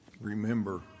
remember